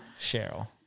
Cheryl